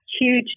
huge